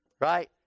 Right